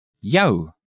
Yo